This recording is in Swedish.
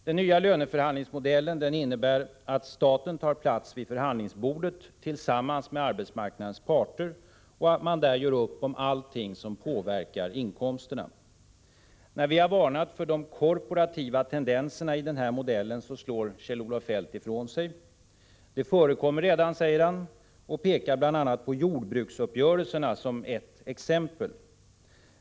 Den nya löneförhandlingsmodellen innebär att staten tar plats vid förhandlingsbordet tillsammans med arbetsmarknadens parter och att man där gör upp om allting som påverkar inkomsterna. När vi varnar för de korporativa tendenserna i denna modell slår Kjell-Olof Feldt ifrån sig. Modellen förekommer redan, säger han. Kjell Olof Feldt pekar sedan på jordbruksuppgörelserna som ett exempel.